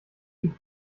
sich